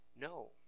no